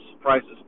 prices